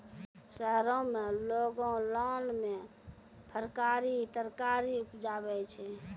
शहरो में लोगों लान मे फरकारी तरकारी उपजाबै छै